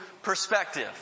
perspective